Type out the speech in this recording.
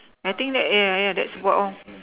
I think that ya ya that's what lah